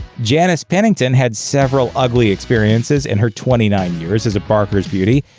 janice pennington had several ugly experiences in her twenty nine years as a barker's beauty.